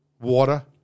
water